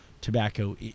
tobacco